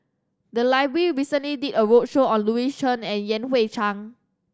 the library recently did a roadshow on Louis Chen and Yan Hui Chang